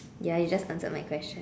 ya you just answered my question